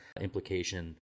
implication